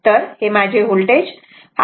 तर हे माझे व्होल्टेज आहे